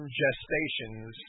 gestations